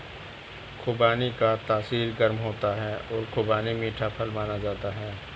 खुबानी का तासीर गर्म होता है और खुबानी मीठा फल माना जाता है